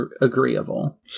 agreeable